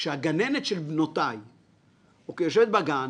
כשגיגלתי צפייה פיראטית באינטרנט,